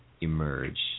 emerge